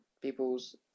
people's